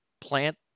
plant